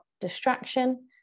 distraction